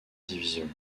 division